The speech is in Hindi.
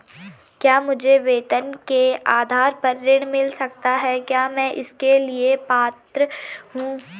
क्या मुझे वेतन के आधार पर ऋण मिल सकता है क्या मैं इसके लिए पात्र हूँ?